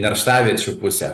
nerštaviečių pusę